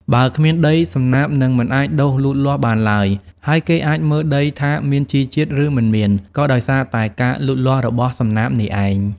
បើគ្មានដី សំណាបនឹងមិនអាចដុះលូតលាស់បានឡើយ ហើយគេអាចមើលដីថាមានជីជាតិ ឬមិនមានក៏ដោយសារតែការលូតលាស់របស់សំណាបនេះឯង។